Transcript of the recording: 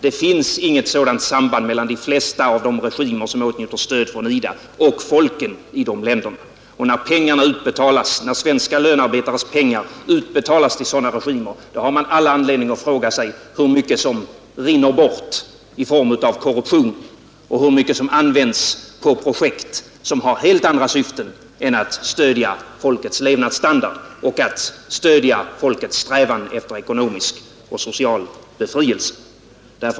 Det finns inget sådant samband mellan de flesta av de regimer som åtnjuter stöd från IDA och folken i de länderna. Och när svenska lönearbetares pengar utbetalas till sådana regimer har man anledning fråga sig hur mycket som rinner bort i form av korruption och hur mycket som används till projekt som har helt andra syften än att höja folkets levnadsstandard och att stödja folkets strävan efter ekonomisk och social befrielse.